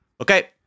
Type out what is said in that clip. okay